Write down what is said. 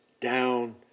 down